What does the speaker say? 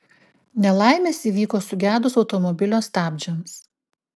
nelaimės įvyko sugedus automobilio stabdžiams